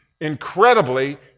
incredibly